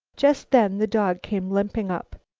just then the dog came limping up.